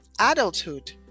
adulthood